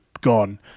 gone